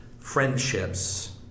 friendships